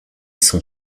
sont